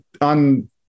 on